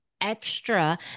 extra